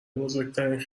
بزرگترین